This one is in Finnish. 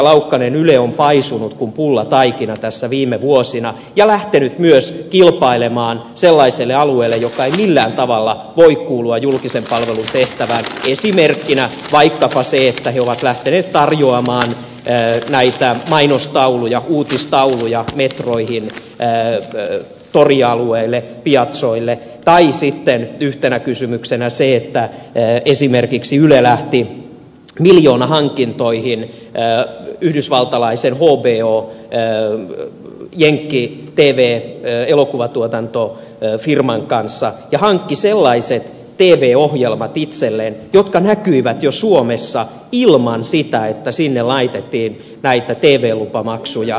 laukkanen yle on paisunut kuin pullataikina tässä viime vuosina ja lähtenyt myös kilpailemaan sellaiselle alueelle joka ei millään tavalla voi kuulua julkisen palvelun tehtävään esimerkkinä vaikkapa se että he ovat lähteneet tarjoamaan näitä mainostauluja uutistauluja metroihin torialueille piazzoille tai sitten yhtenä kysymyksenä se että esimerkiksi yle lähti miljoonahankintoihin yhdysvaltalaisen hbo jenkki tv elokuvatuotantofirman kanssa ja hankki sellaiset tv ohjelmat itselleen jotka näkyivät jo suomessa ilman sitä että sinne laitettiin näitä tv lupamaksuja miljoonia